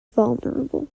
vulnerable